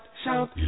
shout